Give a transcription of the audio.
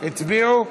הצביעו?